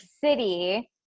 City